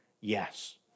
yes